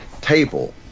table